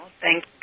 thank